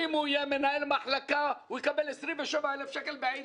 אם הוא יהיה מנהל מחלקה בעירייה הוא יקבל 27,000 שקל.